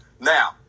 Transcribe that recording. Now